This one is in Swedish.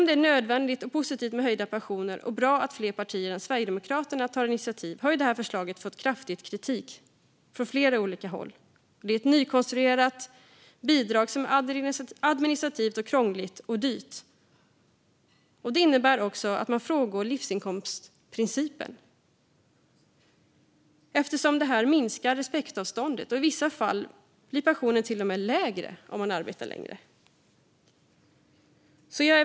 Det är nödvändigt och positivt med höjda pensioner, och det är bra att fler partier än Sverigedemokraterna tar initiativ, men det här förslaget har fått kraftig kritik från flera olika håll. Det är ett nykonstruerat bidrag som är administrativt krångligt och dyrt. Det innebär också att man frångår livsinkomstprincipen, eftersom det minskar respektavståndet. I vissa fall blir pensionen till och med lägre om man arbetar längre.